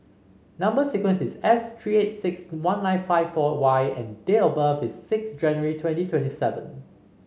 number sequence is S three eight six one nine five four Y and date of birth is six January twenty twenty seven